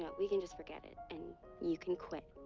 know, we can just forget it, and you can quit.